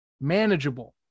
Manageable